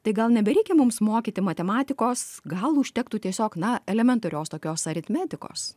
tai gal nebereikia mums mokyti matematikos gal užtektų tiesiog na elementarios tokios aritmetikos